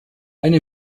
eine